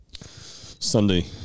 Sunday